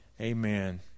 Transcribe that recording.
Amen